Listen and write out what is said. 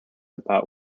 about